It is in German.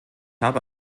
habe